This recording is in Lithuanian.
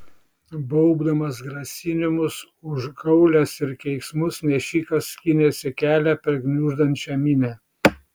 baubdamas grasinimus užgaules ir keiksmus nešikas skynėsi kelią per gniuždančią minią